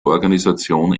organisation